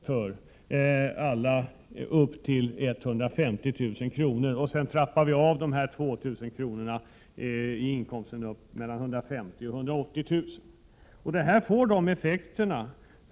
för alla med inkomster upp till 150 000 kr. Sedan trappas dessa 2 000 kr. av när det gäller inkomster mellan 150 000 kr. och 180 000 kr.